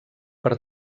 per